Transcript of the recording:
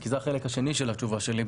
כי זה החלק השני של התשובה שלי.